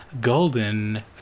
golden